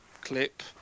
clip